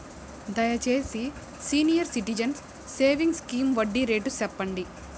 దయచేసి senior citizens savings scheme వడ్డీ rate సెప్పండి